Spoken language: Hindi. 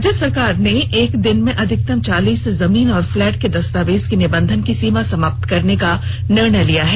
राज्य सरकार ने एक दिन में अधिकतम चालीस जमीन और फ्लैट के दस्तावेज की निबंधन की सीमा को समाप्त करने का निर्णय लिया है